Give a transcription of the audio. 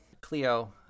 Cleo